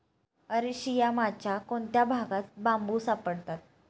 अरशियामाच्या कोणत्या भागात बांबू सापडतात?